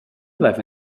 vaiva